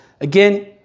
Again